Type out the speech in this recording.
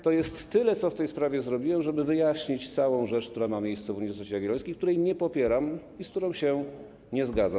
To jest tyle, co w tej sprawie zrobiłem, żeby wyjaśnić całą rzecz, która ma miejsce na Uniwersytecie Jagiellońskim, której nie popieram i z którą się nie zgadzam.